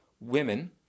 women